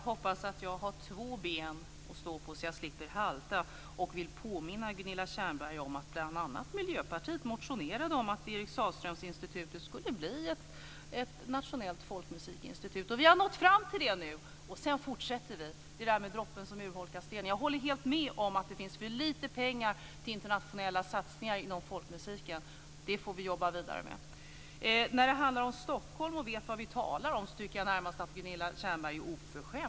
Herr talman! Jag hoppas att jag har två ben att stå på, så att jag slipper halta. Och vi har nått fram till det nu. Sedan fortsätter vi, som droppen som urholkar stenen. Jag håller helt med om att det finns för lite pengar till internationella satsningar inom folkmusiken. Det får vi jobba vidare med. När det handlar om Stockholm och att vi ska veta vad vi talar om tycker jag närmast att Gunilla Tjernberg är oförskämd.